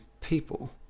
people